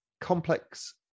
complex